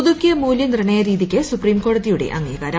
പുതുക്കിയ മൂല്യനിർണ്ണയ രീതിക്ക് സുപ്രീം കോടതിയുടെ അംഗീകാരം